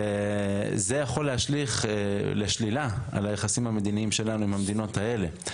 זה יכול להשליך לשלילה על היחסים המדיניים שלנו עם המדינות האלה.